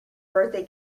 birthday